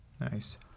Nice